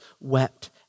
wept